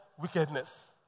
wickedness